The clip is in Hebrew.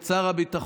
את שר הביטחון,